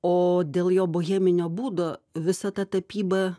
o dėl jo boheminio būdo visa ta tapyba